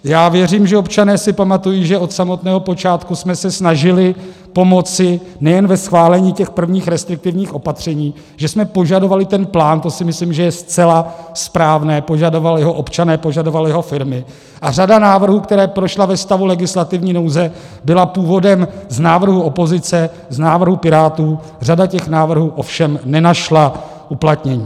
Já věřím, že občané si pamatují, že od samotného počátku jsme se snažili pomoci nejen ve schválení těch prvních restriktivních opatření, že jsme požadovali ten plán, to si myslím, že je zcela správné, požadovali ho občané, požadovaly ho firmy, a řada návrhů, které prošly ve stavu legislativní nouze, byla původem z návrhů opozice, z návrhů Pirátů, řada těch návrhů ovšem nenašla uplatnění.